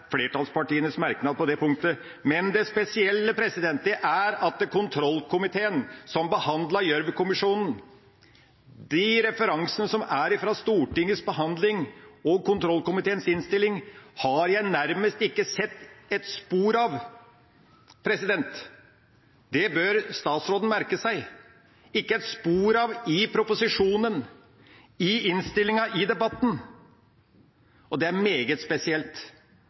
flertallspartienes merknad på det punktet. Det spesielle er at referansene fra Stortingets behandling og kontrollkomiteens innstilling når det gjelder Gjørv-kommisjonens rapport, har jeg nærmest ikke sett spor av – det bør statsråden merke seg – ikke et spor av i proposisjonen, i innstillinga, i debatten. Det er meget spesielt.